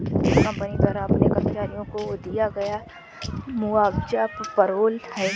company द्वारा अपने कर्मचारियों को दिया गया मुआवजा पेरोल है